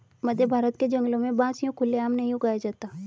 मध्यभारत के जंगलों में बांस यूं खुले आम नहीं उगाया जाता